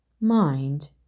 mind